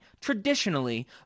Traditionally